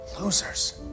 Losers